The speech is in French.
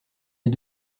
mes